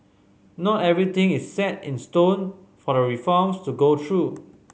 not everything is set in stone for the reforms to go through